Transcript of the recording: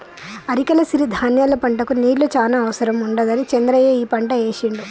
అరికల సిరి ధాన్యాల పంటకు నీళ్లు చాన అవసరం ఉండదని చంద్రయ్య ఈ పంట ఏశిండు